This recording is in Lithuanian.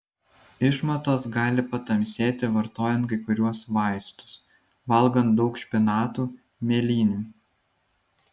išmatos gali patamsėti vartojant kai kuriuos vaistus valgant daug špinatų mėlynių